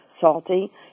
Salty